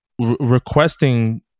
requesting